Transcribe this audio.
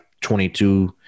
22